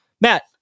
Matt